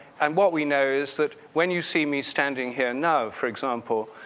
and what we know is that when you see me standing here now for example,